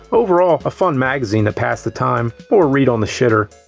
overall, a fun magazine to pass the time, or read on the shitter.